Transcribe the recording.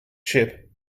chip